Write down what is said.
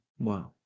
Wow